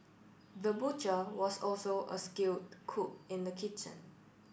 the butcher was also a skilled cook in the kitchen